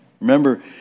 Remember